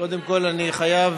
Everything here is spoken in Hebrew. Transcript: קודם כול, אני חייב